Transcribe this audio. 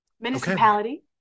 Municipality